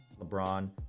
LeBron